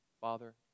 Father